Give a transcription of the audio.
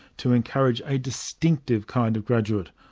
to encourage a distinctive kind of graduate,